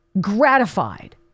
gratified